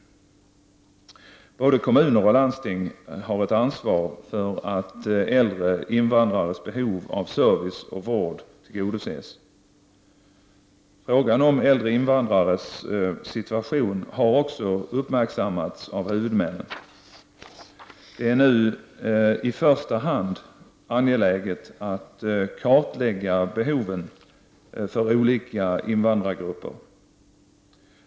Både kommuner och landsting har ett ansvar för att äldre invandrares behov av service och vård tillgodoses. Frågan om äldre invandrares situation har också uppmärksammats av huvudmännen. Det är nu i första hand angeläget att kartlägga behoven för olika invandrargrupper.